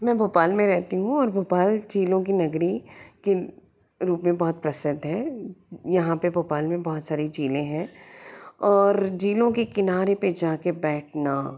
मैं भोपाल में रहती हूँ और भोपाल झीलों की नगरी के रूप में बहुत प्रसिद्ध है यहाँ पर भोपाल में बहुत सारी झीलें हैं और झीलों के किनारे पे जाके बैठना